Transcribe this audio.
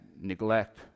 neglect